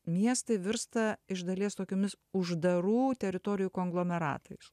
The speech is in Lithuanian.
miestai virsta iš dalies tokiomis uždarų teritorijų konglomeratais